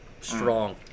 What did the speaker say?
strong